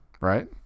Right